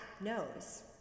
knows